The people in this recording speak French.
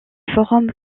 forums